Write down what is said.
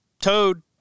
toad